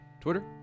twitter